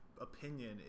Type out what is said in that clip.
opinion